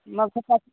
बघण्यासाठी